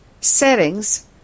Settings